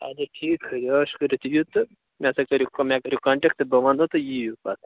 اَدٕ حَظ ٹھیٖک چھُ ٲش کٔرِتھ یہِ ژٕ مےٚ سٍتۍ کٔرِو مےٚ کٔرِو کنٹیکٹ بہِ ونہو تُہۍ ییو پتہِٕ